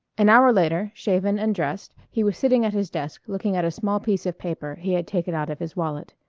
an hour later, shaven and dressed, he was sitting at his desk looking at a small piece of paper he had taken out of his wallet.